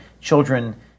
children